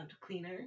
cleaner